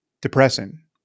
depressing